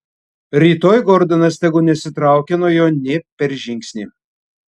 rytoj gordonas tegu nesitraukia nuo jo nė per žingsnį